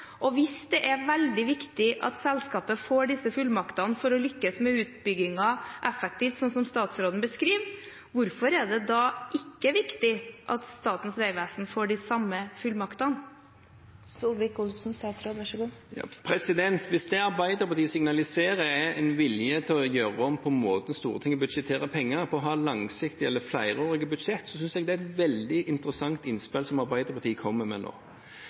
og hvis det er veldig viktig at selskapet får disse fullmaktene for å lykkes med utbyggingen effektivt, slik statsråden beskriver, hvorfor er det da ikke viktig at Statens vegvesen får de samme fullmaktene? Hvis det Arbeiderpartiet signaliserer, er en vilje til å gjøre om på måten Stortinget budsjetterer penger på, til å ha langsiktige eller flerårige budsjetter, synes jeg det er et veldig interessant innspill som Arbeiderpartiet kommer med nå.